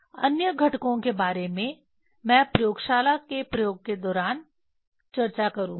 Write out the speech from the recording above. अन्य घटकों के बारे में मैं प्रयोगशाला में प्रयोग के दौरान चर्चा करूंगा